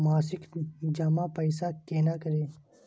मासिक जमा पैसा केना करी?